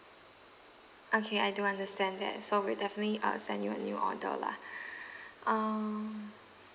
okay I do understand that so we'll definitely uh send you a new order lah um